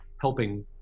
helping